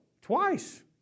twice